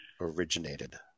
originated